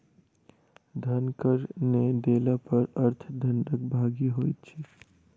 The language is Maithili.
धन कर नै देला पर अर्थ दंडक भागी होइत छै